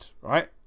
right